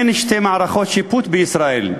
אין שתי מערכות שיפוט בישראל,